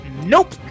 nope